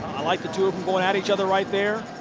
i like the two of them going at each other right there.